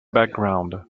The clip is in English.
background